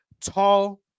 tall